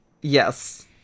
Yes